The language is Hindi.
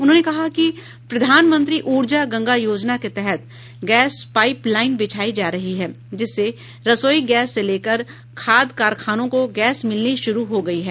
उन्होंने कहा कि प्रधानमंत्री ऊर्जा गंगा योजना के तहत गैस पाईप लाईन बिछाई जा रही है जिससे रसोई गैस से लेकर खाद कारखानों को गैस मिलनी शुरू हो गयी है